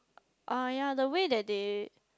uh yeah the way that they